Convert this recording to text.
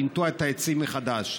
לנטוע את העצים מחדש.